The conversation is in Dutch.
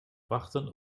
wachten